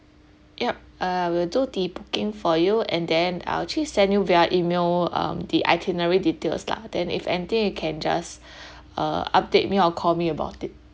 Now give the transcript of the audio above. ya I will do the booking for you and then I'll actually send you via email um the itinerary details lah then if anything you can just uh update me or call me about it